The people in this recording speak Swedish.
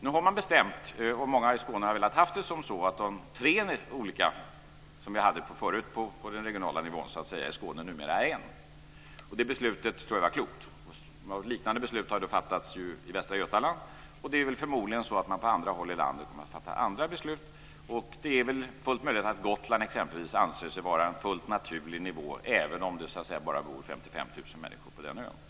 Nu har det bestämts - många i Skåne har velat ha det så - att de tre olika organ som förut fanns i Skåne på regional nivå numera är ett. Det beslutet tror jag var klokt. Liknande beslut har fattats i Västra Götaland. Förmodligen kommer man på andra håll i landet att fatta andra beslut. Det är fullt möjligt att exempelvis Gotland anser sig vara en fullt naturlig nivå, även om det "bara" bor 55 000 människor på den ön.